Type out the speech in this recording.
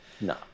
No